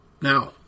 now